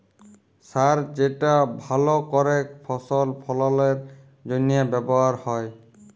সার যেটা ভাল করেক ফসল ফললের জনহে ব্যবহার হ্যয়